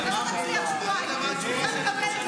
מיכאל, עם מי אתה עושה משא ומתן?